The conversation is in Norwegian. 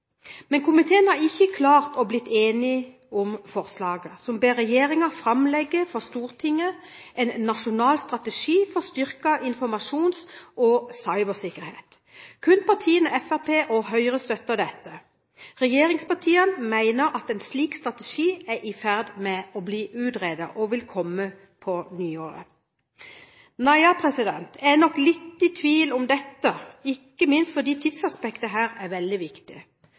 Men komiteen har ikke klart å bli enig om forslaget, der en ber regjeringen framlegge for Stortinget en nasjonal strategi for styrket informasjons- og cybersikkerhet. Kun partiene Høyre og Fremskrittspartiet støtter dette. Regjeringspartiene mener at en slik strategi er i ferd med å bli utredet og vil komme på nyåret. Tja, jeg er nok litt i tvil om dette, ikke minst fordi tidsaspektet her er veldig viktig.